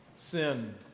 Sin